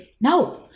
No